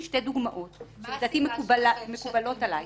שתי דוגמאות שלדעתי מקובלות עלייך.